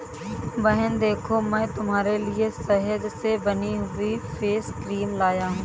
बहन देखो मैं तुम्हारे लिए शहद से बनी हुई फेस क्रीम लाया हूं